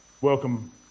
Welcome